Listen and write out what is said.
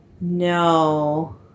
No